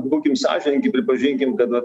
būkim sąžiningi pripažinkim kad